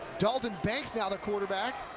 dalton banks, now the quarterback.